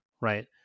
right